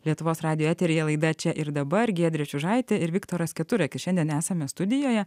lietuvos radijo eteryje laida čia ir dabar giedrė čiužaitė ir viktoras keturakis šiandien esame studijoje